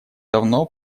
давно